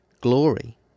glory